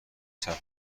ثبت